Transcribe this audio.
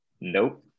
Nope